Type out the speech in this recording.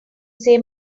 say